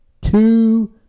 two